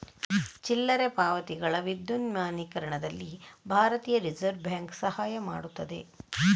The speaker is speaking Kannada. ಚಿಲ್ಲರೆ ಪಾವತಿಗಳ ವಿದ್ಯುನ್ಮಾನೀಕರಣದಲ್ಲಿ ಭಾರತೀಯ ರಿಸರ್ವ್ ಬ್ಯಾಂಕ್ ಸಹಾಯ ಮಾಡುತ್ತದೆ